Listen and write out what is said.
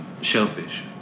shellfish